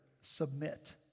submit